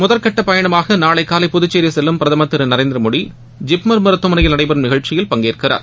முதல் கட்ட பயணமாக நாளை ளலை புதுச்சேரி செல்லும் பிரதமா் திரு நரேந்திரமோடி ஜிப்மர் மருத்துவமனையில் நடைபெறும் நிகழ்ச்சியில் பங்கேற்கிறார்